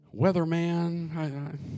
weatherman